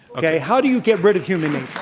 okay. how do you get rid of human